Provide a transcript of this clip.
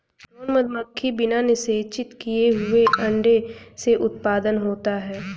drone मधुमक्खी बिना निषेचित किए हुए अंडे से उत्पन्न होता है